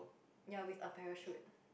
ya with a parachute